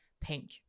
Pink